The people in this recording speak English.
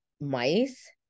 mice